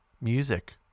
music